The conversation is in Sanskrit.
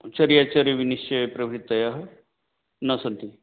चर्याचर्यविनिश्यप्रवृत्तयः न सन्ति